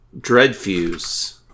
Dreadfuse